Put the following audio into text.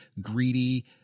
greedy